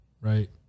right